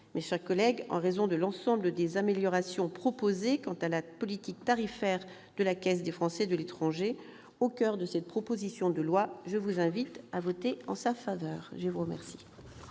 Mes chers collègues, au regard de l'ensemble des améliorations proposées quant à la politique tarifaire de la Caisse des Français de l'étranger, au coeur du présent texte, je vous invite à voter en faveur de la proposition